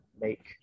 make